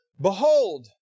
behold